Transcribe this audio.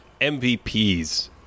MVPs